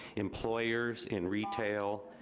employers in retail,